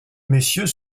messieurs